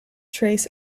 trace